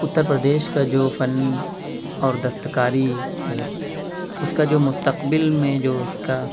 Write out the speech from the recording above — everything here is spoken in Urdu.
اتر پردیش کا جو فن اور دست کاری ہے اس کا جو مستقبل میں جو اس کا